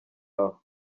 aho